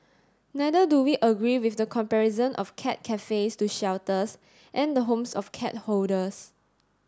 neither do we agree with the comparison of cat cafes to shelters and the homes of cat hoarders